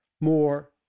more